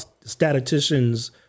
statisticians